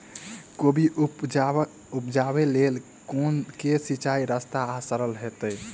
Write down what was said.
कोबी उपजाबे लेल केँ सिंचाई सस्ता आ सरल हेतइ?